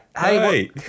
hey